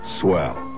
Swell